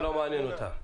זה לא מעניין אותם.